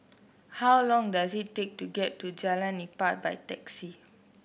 how long does it take to get to Jalan Nipah by taxi